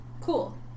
Cool